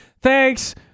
thanks